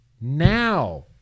now